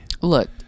look